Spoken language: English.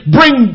Bring